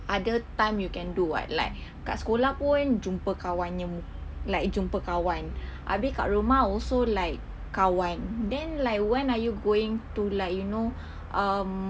other time you can do [what] like kat sekolah pun jumpa kawan yang like jumpa kawan habis kat rumah also like kawan then like when are you going to like you know um